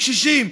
קשישים,